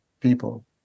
people